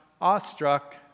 awestruck